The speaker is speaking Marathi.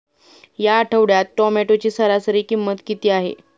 या आठवड्यात टोमॅटोची सरासरी किंमत किती आहे?